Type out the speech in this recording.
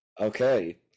Okay